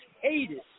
hated